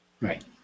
Right